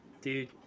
Dude